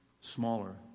smaller